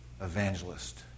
evangelist